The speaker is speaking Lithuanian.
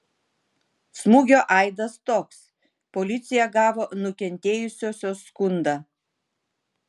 smūgio aidas toks policija gavo nukentėjusiosios skundą